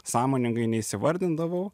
sąmoningai neįsivardindavau